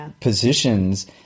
positions